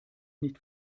nicht